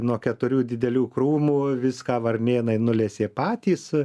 nuo keturių didelių krūmų viską varnėnai nulesė patys